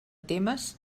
temes